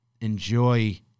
enjoy